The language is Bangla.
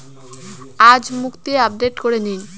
আজ মুক্তি আপডেট করে দিন